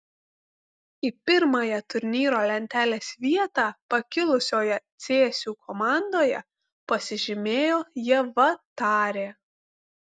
į pirmąją turnyro lentelės vietą pakilusioje cėsių komandoje pasižymėjo ieva tarė